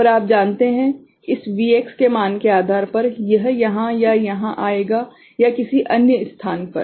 और आप जानते हैं इस Vx के मान के आधार पर यह यहाँ या यहाँ आएगा या किसी अन्य स्थान पर